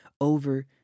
over